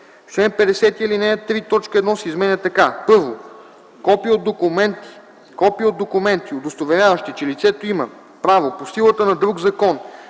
В чл. 50, ал. 3 т. 1 се изменя така: „1. копия от документи, удостоверяващи, че лицето има право по силата на друг закон